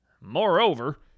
Moreover